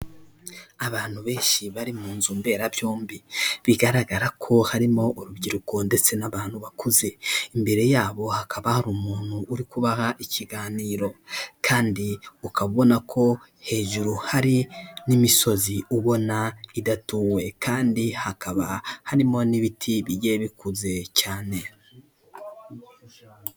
Abantu benshi bari mu nzu mberabyombi, bigaragara ko harimo urubyiruko ndetse n'abantu bakuze. Imbere yabo hakaba hari umuntu uri kubaha ikiganiro kandi ukaba ubona ko hejuru hari n'imisozi ubona idatuwe kandi hakaba harimo n'ibiti bigiye bikuze cyane.